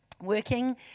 working